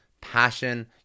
passion